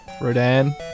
Rodan